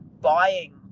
buying